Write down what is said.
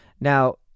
Now